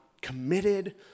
committed